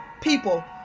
people